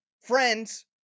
friends